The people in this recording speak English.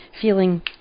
feeling